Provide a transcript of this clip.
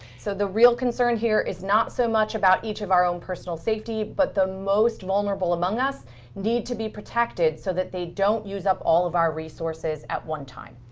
so the real concern here is not so much about each of our own personal safety, but the most vulnerable among us need to be protected so that they don't use up all of our resources at one time.